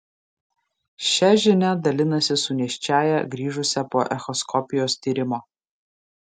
šia žinia dalinasi su nėščiąja grįžusia po echoskopijos tyrimo